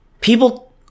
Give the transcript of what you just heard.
people